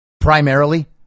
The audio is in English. primarily